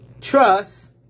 Trust